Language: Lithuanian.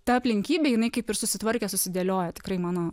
ta aplinkybė jinai kaip ir susitvarkė susidėliojo tikrai mano